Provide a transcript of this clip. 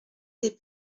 des